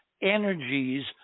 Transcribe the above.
energies